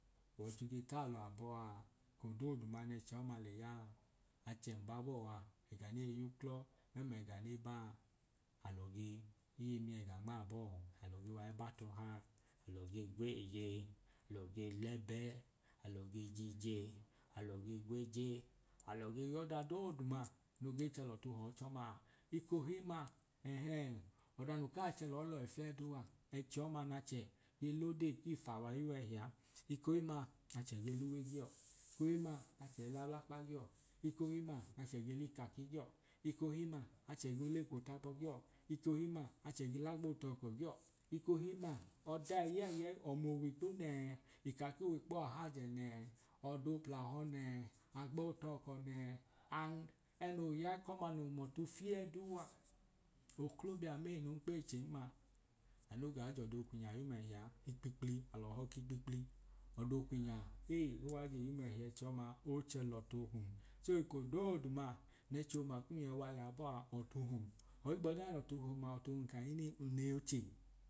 Ọwọicho kei taalọ abọaa eko dooduma n’ẹchi ọma leyaa achẹ mbabọọ a ẹga nei y’uklọ mẹml’ẹganebaa alọ ge ege miẹga nmaabọọ alọ ge wai ba tọha alọ ge gweeye alọ ge lẹbẹ alọ ge jije alọ ge gweje alọ ge y’ọdadooduma no ge chẹ lọtu họọ chọma ekohimma ẹhẹn ọda no kaa chẹ lọọ lọhi fieduu a ẹchi ọma n’achẹ ge lodee k’ifa wai yuwọ ẹhi a ekohimma achẹ ge luwe giọ ekohimma achẹi l’ablakpa giọ ekohimma achẹ ge l’ikaki giọ, ekohimma achẹ ge l’eko tabọ giọ ekohimma achẹ ge l’agbootọkọ giọ ekohimma ọda ẹyẹyẹi ọmu owikpo nẹẹ, ikake owikpo ẹhajẹ nẹ ọdo pl’ahọ nẹẹ agbootọọko nẹẹ an enoo ya ikọma no hum ọtu fieduu a oklobiam eyi nun kpeyi che m maa anu ogaa jọ do kwinya yum ẹhi a ikpikpli alọ họọ k’ikpikpli. Ọdokwinya ei owai je yum ẹhi ẹchiọmaa ochẹ lọtu hum so eko dooduma n’ẹchiọma kum yọi wa lẹyaa boo a ọtu hum. Ohigbọdia nọtu hum ma ọtu hum kahinii nl’eyoche